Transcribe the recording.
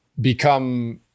become